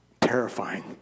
terrifying